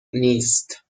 نیست